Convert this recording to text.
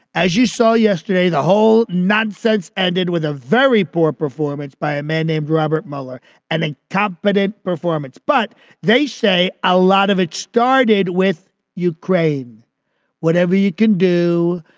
as you saw yesterday, the whole non-sense ended with a very poor performance by a man named robert mueller and a competent performance. but they say a lot of it started with ukraine whatever you can do,